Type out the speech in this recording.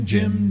Jim